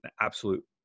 absolute